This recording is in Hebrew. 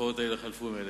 התופעות האלה חלפו מאליהן.